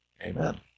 Amen